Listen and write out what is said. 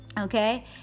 okay